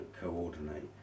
coordinate